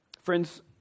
Friends